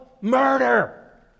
murder